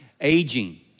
aging